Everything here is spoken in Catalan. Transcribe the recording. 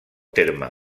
terme